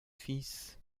fils